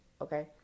Okay